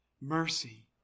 mercy